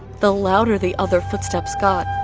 the louder the other footsteps got.